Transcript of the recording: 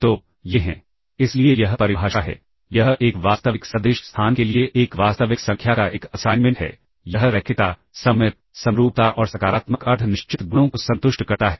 तो ये हैं इसलिए यह परिभाषा है यह एक वास्तविक सदिश स्थान के लिए एक वास्तविक संख्या का एक असाइनमेंट है यह रैखिकता सममित समरूपता और सकारात्मक अर्ध निश्चित गुणों को संतुष्ट करता है